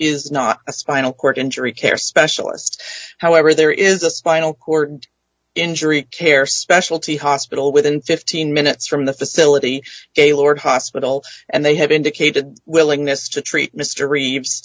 is not a spinal cord injury care specialist however there is a spinal cord injury care specialty hospital within fifteen minutes from the facility gaylord hospital and they have indicated willingness to treat m